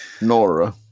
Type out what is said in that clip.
Nora